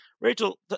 Rachel